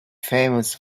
famous